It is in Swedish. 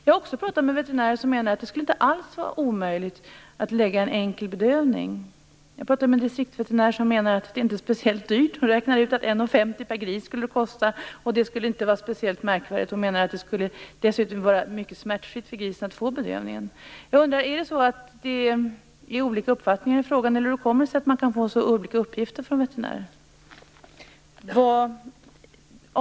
Jag har också pratat med veterinärer som menar att det inte alls skulle vara omöjligt att ge en enkel bedövning. Jag pratade med en distriktsveterinär som menade att det inte är speciellt dyrt. Hon räknade ut att det skulle kosta 1,50 kr per gris, och det skulle inte vara speciellt märkvärdigt. Hon menade också att det dessutom skulle vara smärtfritt för grisen att få bedövning. Finns det olika uppfattningar i frågan? Hur kommer det sig att man får så olika uppgifter från veterinärer?